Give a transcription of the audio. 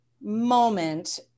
moment